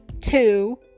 two